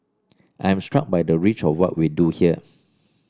I am struck by the reach of what we do here